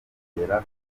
kugera